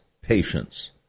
patience